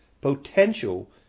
potential